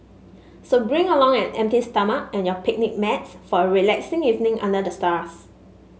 so bring along an empty stomach and your picnic mats for a relaxing evening under the stars